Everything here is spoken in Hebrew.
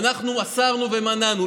אנחנו אסרנו ומנענו.